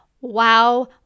Wow